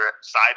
side